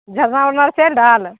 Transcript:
झरना ओरना चलि रहल